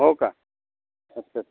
हो का अच्छा अच्छा